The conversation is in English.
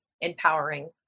empowering